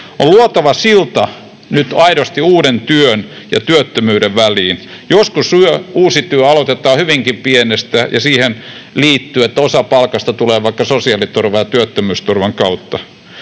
On luotava silta nyt aidosti uuden työn ja työttömyyden väliin. Joskus uusi työ aloitetaan hyvinkin pienestä ja siihen liittyy, että osa palkasta tulee vaikka sosiaaliturvan ja työttömyysturvan kautta.